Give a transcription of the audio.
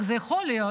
איך זה יכול להיות,